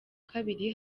kabiri